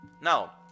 Now